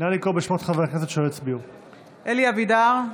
בשמות חברי הכנסת) אלי אבידר,